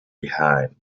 behind